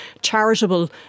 charitable